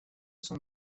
son